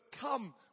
come